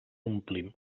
omplim